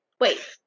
Wait